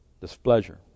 displeasure